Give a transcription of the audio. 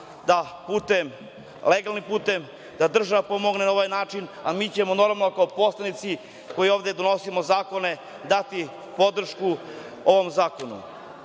da legalnim putem država pomogne na ovaj način, a mi ćemo normalno kao poslanici koji ovde donosimo zakone dati podršku ovom zakonu. Svi